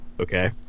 Okay